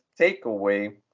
takeaway